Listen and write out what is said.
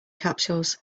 capsules